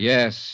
Yes